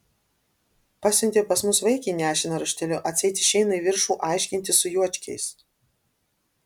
pasiuntė pas mus vaikį nešiną rašteliu atseit išeina į viršų aiškintis su juočkiais